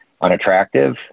unattractive